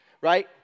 right